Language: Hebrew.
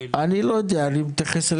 המועצה לביטחון לאומי היא יחידת סמך של